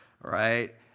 Right